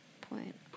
point